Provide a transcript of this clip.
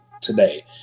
today